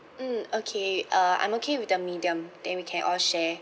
mm okay uh I'm okay with the medium then we can all share